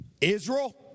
Israel